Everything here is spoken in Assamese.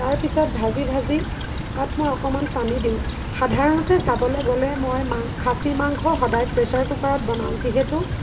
তাৰপিছত ভাজি ভাজি তাত মই অকণমান পানী দিওঁ সাধাৰণতে চাবলৈ গ'লে মই মাং খাচী মাংস সদায় প্ৰেছাৰ কুকাৰত বনাওঁ যিহেতু